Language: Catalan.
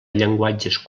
llenguatges